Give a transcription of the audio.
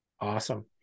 Awesome